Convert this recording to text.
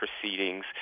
proceedings